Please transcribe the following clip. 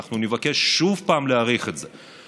אנחנו נבקש שוב להאריך את זה.